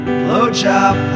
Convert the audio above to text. blowjob